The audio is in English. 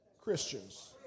Christians